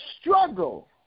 struggle